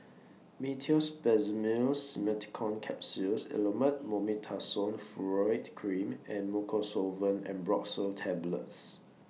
Meteospasmyl Simeticone Capsules Elomet Mometasone Furoate Cream and Mucosolvan Ambroxol Tablets